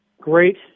great